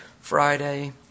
Friday